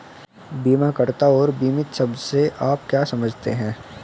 बीमाकर्ता और बीमित शब्द से आप क्या समझते हैं?